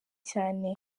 cyane